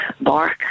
bark